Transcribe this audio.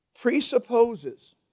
presupposes